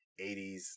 80s